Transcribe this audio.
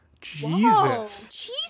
Jesus